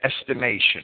estimation